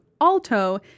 alto